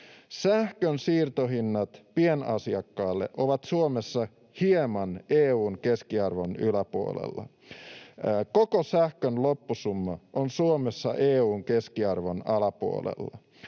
Sähkönsiirtohinnat pienasiakkaalle ovat Suomessa hieman EU:n keskiarvon yläpuolella. Koko sähkön loppusumma on Suomessa EU:n keskiarvon alapuolella.